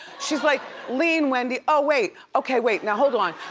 she's like lean wendy, oh wait, okay wait, now hold on,